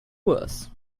worse